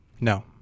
no